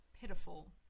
pitiful